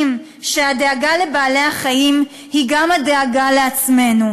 שהדאגה לבעלי-החיים היא גם הדאגה לעצמנו,